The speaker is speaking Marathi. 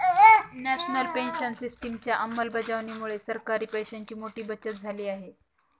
नॅशनल पेन्शन सिस्टिमच्या अंमलबजावणीमुळे सरकारी पैशांची मोठी बचत झाली आहे